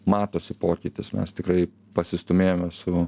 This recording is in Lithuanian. matosi pokytis mes tikrai pasistūmėjome su